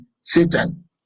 Satan